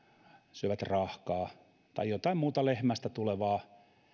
syövät rahkaa tai jotain muuta lehmästä tulevaa